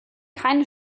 keine